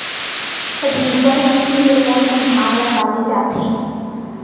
Reaper machine ले कोन कोन धान ल काटे जाथे?